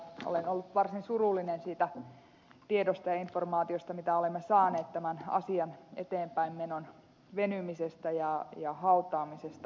olen ollut varsin surullinen siitä tiedosta ja informaatiosta mitä olemme saaneet tämän asian eteenpäin menon venymisestä ja hautaamisesta